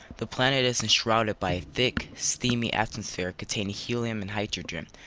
the planet is enshrouded by a thick, steamy atmosphere containing helium and hydrogen.